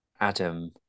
Adam